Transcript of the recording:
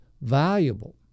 valuable